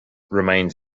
remains